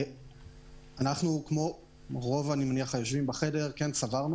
כמו רוב היושבים בחדר, כן סברנו